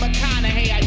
McConaughey